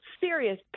serious